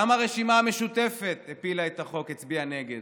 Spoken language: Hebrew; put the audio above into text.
גם הרשימה המשותפת הפילה את החוק, הצביעה נגד.